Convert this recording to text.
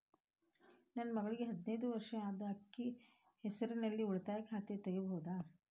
ನನ್ನ ಮಗಳಿಗೆ ಹದಿನೈದು ವರ್ಷ ಅದ ಅಕ್ಕಿ ಹೆಸರಲ್ಲೇ ಉಳಿತಾಯ ಖಾತೆ ತೆಗೆಯಬಹುದಾ?